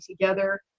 together